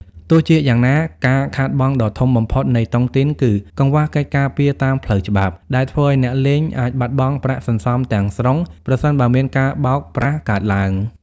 ទោះជាយ៉ាងណា ការខាតបង់ដ៏ធំបំផុតនៃតុងទីនគឺ "កង្វះកិច្ចការពារតាមផ្លូវច្បាប់" ដែលធ្វើឱ្យអ្នកលេងអាចបាត់បង់ប្រាក់សន្សំទាំងស្រុង ប្រសិនបើមានការបោកប្រាស់កើតឡើង។